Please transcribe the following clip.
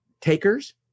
takers